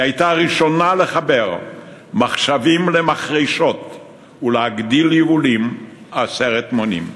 היא הייתה הראשונה לחבר מחשבים למחרשות ולהגדיל יבולים עשרת מונים.